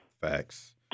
Facts